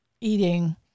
eating